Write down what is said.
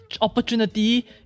opportunity